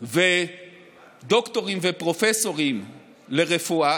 ודוקטורים ופרופסורים לרפואה,